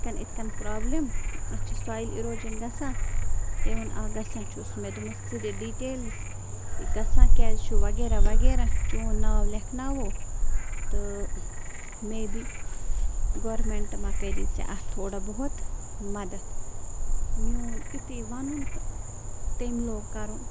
یِتھ کٔنۍ یِتھ کٔنۍ پرٛابلِم اَتھ چھِ سویِل اِروجَن گژھان تٔمۍ ووٚن آ گژھان چھُس مےٚ دوٚپمَس ژٕ دِ ڈیٖٹیلٕز یہِ گژھان کیٛازِ چھُ وغیرہ وغیرہ چون ناو لیٚکھناوو تہٕ مے بی گورمٮ۪نٛٹ مَہ کَری ژےٚ اَتھ تھوڑا بہت مَدَت میون یُتُے وَنُن تہٕ تٔمۍ لوٚگ کَرُن